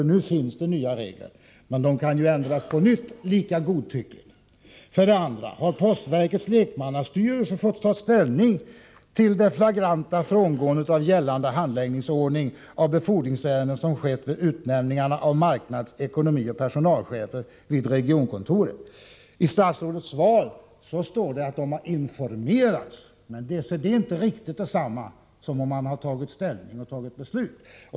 Men det kan bli flera fall — reglerna kan ändras på nytt, lika godtyckligt. 2. Har postverkets lekmannastyrelse fått ta ställning till det flagranta frångående av gällande handläggningsordning av befordringsärenden som skett vid utnämningarna av marknads-, ekonomioch personalchefer vid regionkontoren? I statsrådets svar står det att de har informerats, men det är inte riktigt detsamma som att man har tagit ställning och fattat beslut.